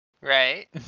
Right